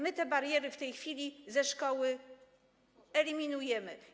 My te bariery w tej chwili ze szkoły eliminujemy.